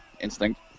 instinct